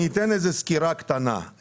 אני אתן סקירה קטנה.